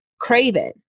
craven